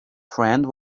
friend